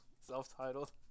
Self-titled